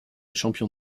champion